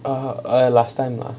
ah err last time ah